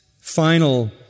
final